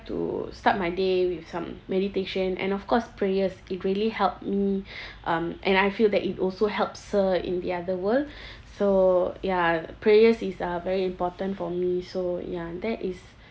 to start my day with some meditation and of course prayers it really helped me um and I feel that it also helps her in the other world so ya prayers is uh very important for me so ya that is